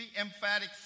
emphatic